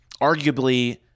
Arguably